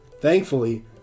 Thankfully